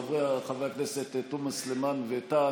חברי הכנסת תומא סלימאן וטאהא.